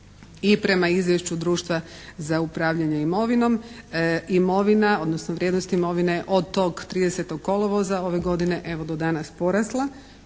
i prema izvješću Društva za upravljanje imovinom imovina odnosno vrijednost imovine od tog 30. kolovoza ove godine evo do danas porasla.